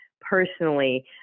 personally